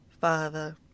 Father